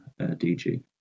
DG